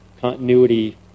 continuity